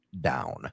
down